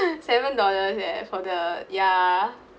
seven dollars eh for the ya